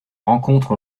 rencontre